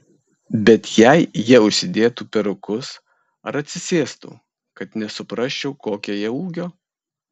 bet jei jie užsidėtų perukus ar atsisėstų kad nesuprasčiau kokio jie ūgio